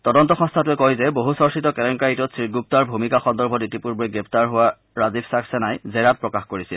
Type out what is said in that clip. তদন্ত সংস্থাটোৱে কয় যে বহু চৰ্চিত কেলেংকাৰীটোত শ্ৰীগুপ্তাৰ ভূমিকা সন্দৰ্ভত ইতিপূৰ্বে গ্ৰেপ্তাৰ হোৱা ৰাজীৱ চাঙ্গেনাই জেৰাত প্ৰকাশ কিৰছিল